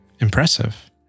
impressive